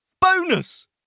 Bonus